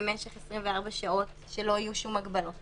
ובמשך 24 שעות שלא יהיו שום הגבלות.